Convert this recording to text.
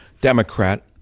democrat